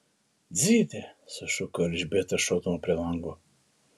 dzide sušuko elžbieta šokdama prie lango